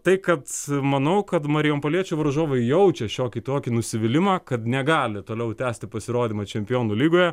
tai kad manau kad marijampoliečių varžovai jaučia šiokį tokį nusivylimą kad negali toliau tęsti pasirodymą čempionų lygoje